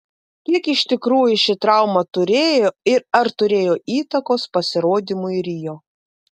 kiek iš tikrųjų šį trauma turėjo ir ar turėjo įtakos pasirodymui rio